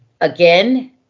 Again